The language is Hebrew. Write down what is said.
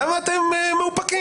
למה אתם מאופקים?